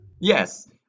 Yes